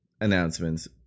announcements